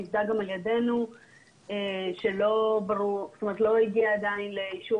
שנבדק גם על-ידנו ולא הגיע עדיין לאישור